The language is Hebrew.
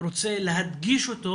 רוצה להדגיש אותו